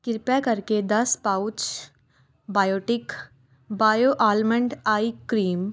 ਕਿਰਪਾ ਕਰਕੇ ਦੱਸ pouch Biotique bio almond eye cream